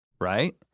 Right